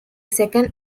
second